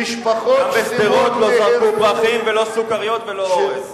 גם בשדרות לא חילקו פרחים ולא סוכריות ולא אורז.